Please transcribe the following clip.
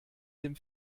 dem